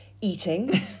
eating